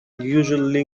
usually